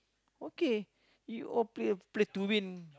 okay you all play play to win